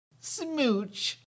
Smooch